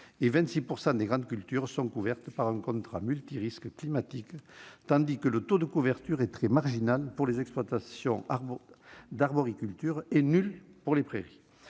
et 26 % des grandes cultures sont couvertes par un contrat multirisque climatique tandis que le taux de couverture est très marginal pour les exploitations d'arboriculture, et nul pour les prairies.